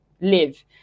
live